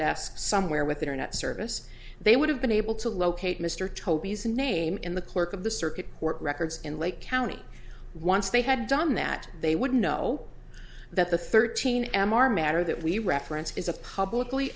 desk somewhere with internet service they would have been able to locate mr toby's a name in the clerk of the circuit court records in lake county once they had done that they would know that the thirteen m r matter that we reference is a publicly